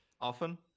Often